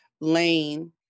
lane